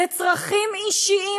לצרכים אישיים,